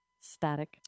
static